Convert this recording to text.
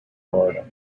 florida